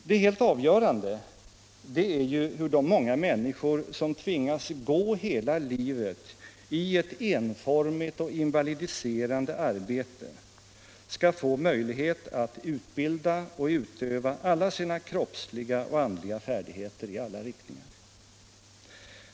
Det helt avgörande är ju hur de många människor som tvingas gå hela livet i ett enformigt och 175 invalidiserande arbete skall få möjlighet att utbilda och utöva alla sina kroppsliga och andliga färdigheter i alla riktningar.